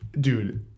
Dude